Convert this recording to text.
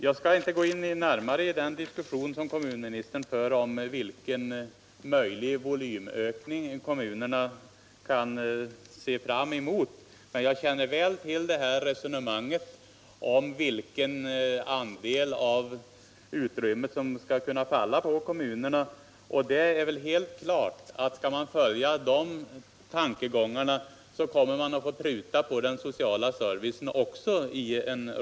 Jag skall inte närmare gå in på den diskussion som kommunministern för om vilken volymökning kommunerna kan se fram emot, men jag känner väl till resonemanget om vilken andel av utrymmet som kan falla på kommunerna. Skall vi följa de tankegångarna är det alldeles klart att man i en rad kommuner får pruta på den sociala servicen också.